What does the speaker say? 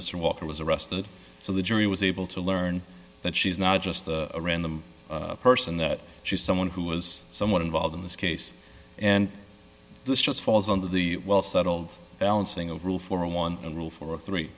mr walker was arrested so the jury was able to learn that she's not just a random person that she's someone who was somewhat involved in this case and this just falls on the well settled balancing a rule for one and rule for three